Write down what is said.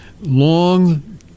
long